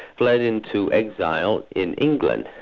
fled into exile in england.